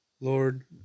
Lord